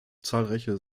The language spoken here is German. zahlreiche